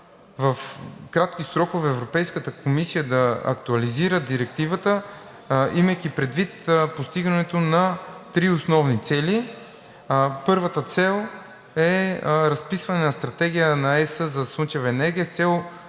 в кратки срокове Европейската комисия да актуализира Директивата, имайки предвид постигането на три основни цели. Първата цел е разписване на стратегия на Европейския